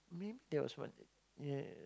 maybe there was one yeah